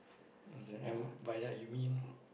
and by that you mean